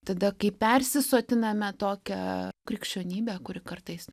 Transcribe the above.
tada kai persisotiname tokia krikščionybe kuri kartais